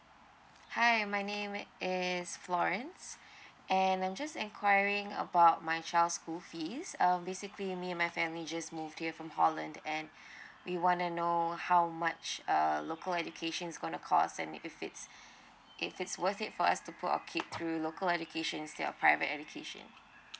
hi my name is florence and I'm just enquiring about my child school fees um basically me and my family just moved here from holland and we wanna know how much uh local education is gonna cost and if it's if it's worth it for us to put a peek through local educations than uh private education